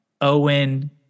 Owen